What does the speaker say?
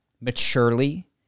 maturely